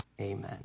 Amen